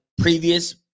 previous